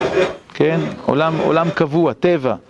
כן, עולם עולם קבוע, טבע.